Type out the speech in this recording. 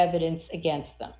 evidence against them